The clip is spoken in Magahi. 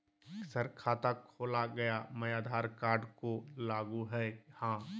सर खाता खोला गया मैं आधार कार्ड को लागू है हां?